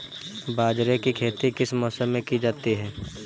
बाजरे की खेती किस मौसम में की जाती है?